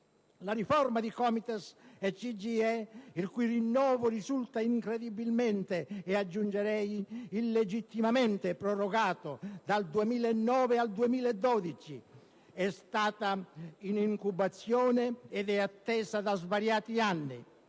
La riforma di COMITES e CGIE, il cui rinnovo risulta, incredibilmente e, aggiungerei, illegittimamente, prorogato dal 2009 al 2012, è stata in incubazione ed è attesa da svariati anni;